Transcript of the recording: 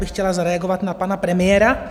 Chtěla bych zareagovat na pana premiéra.